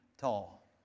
tall